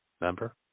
Remember